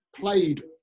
played